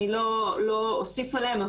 אני לא אוסיף עליהם,